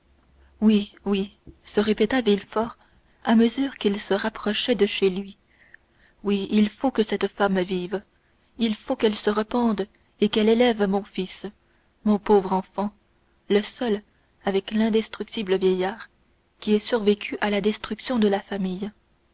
oui oui se répétait villefort à mesure qu'il se rapprochait de chez lui oui il faut que cette femme vive il faut qu'elle se repente et qu'elle élève mon fils mon pauvre enfant le seul avec l'indestructible vieillard qui ait survécu à la destruction de la famille